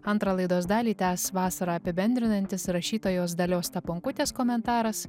antrą laidos dalį tęs vasarą apibendrinantis rašytojos dalios staponkutės komentaras